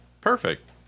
perfect